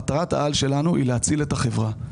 מטרת-העל שלנו היא להציל את החברה.